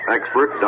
Expert